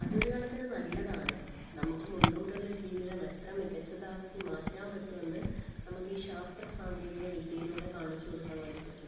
അതൊരു കണക്കിന് നല്ലതാണ് നമുക്ക് മുന്നോട്ടുളള ജീവിതം എത്ര മികച്ചതാക്കി മാറ്റാൻ പറ്റുമെന്ന് നമുക്ക് ഈ ശാസ്ത്ര സാങ്കേതിക വിദ്യയിലൂടെ കാണിച്ചു കൊടുക്കാൻ വേണ്ടി പറ്റും